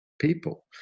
People